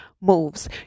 moves